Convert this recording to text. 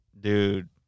Dude